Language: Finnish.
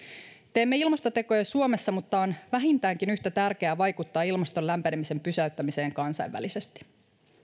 teemme ilmastotekoja suomessa mutta on vähintäänkin yhtä tärkeää vaikuttaa ilmaston lämpenemisen pysäyttämiseen kansainvälisesti